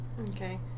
Okay